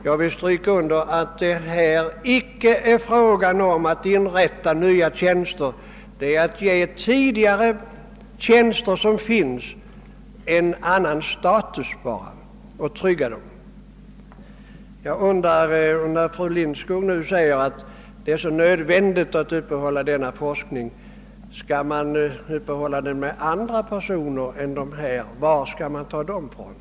Jag vill understryka att det icke är fråga om att inrätta nya tjänster, utan avsikten är endast att ge de tjänster som redan finns en annan status och att trygga dem. När fru Lindskog säger att det är så nödvändigt att upprätthålla denna forskning vill jag fråga, om hon menar att den skall upprätthållas av andra personer. Och varifrån skall man i så fall ta dem?